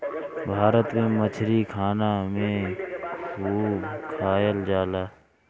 भारत में मछरी खाना में खूब खाएल जाला